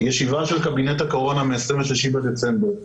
ישיבה של קבינט הקורונה מ-26 בדצמבר.